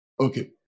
Okay